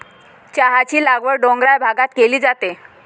चहाची लागवड डोंगराळ भागात केली जाते